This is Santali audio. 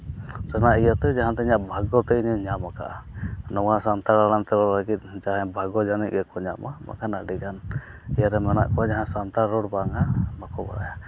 ᱚᱱᱟ ᱤᱭᱟᱹᱛᱮ ᱡᱟᱦᱟᱸᱛᱮ ᱤᱧᱟᱹᱜ ᱵᱷᱟᱜᱽᱜᱚ ᱛᱤᱧ ᱤᱧᱤᱧ ᱧᱟᱢ ᱟᱠᱟᱫᱟ ᱱᱚᱣᱟ ᱥᱟᱱᱛᱟᱲ ᱟᱲᱟᱝᱛᱮ ᱨᱚᱲ ᱞᱟᱹᱜᱤᱫ ᱡᱟᱦᱟᱸᱭ ᱵᱷᱟᱜᱚ ᱡᱟᱹᱱᱤᱡ ᱜᱮᱠᱚ ᱧᱟᱢᱟ ᱵᱟᱝᱠᱷᱟᱱ ᱟᱹᱰᱤ ᱜᱟᱱ ᱤᱭᱟᱹ ᱨᱮ ᱢᱮᱱᱟᱜ ᱠᱚᱣᱟ ᱡᱟᱦᱟᱸᱭ ᱥᱟᱱᱛᱟᱲ ᱨᱚᱲ ᱵᱟᱝᱟ ᱵᱟᱠᱚ ᱵᱟᱲᱟᱭᱟ